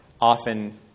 often